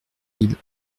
mille